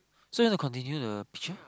so you want to continue the picture